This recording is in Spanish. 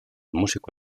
músico